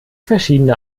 verschiedene